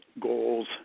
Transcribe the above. goals